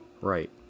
Right